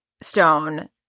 stone